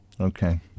okay